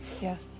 Yes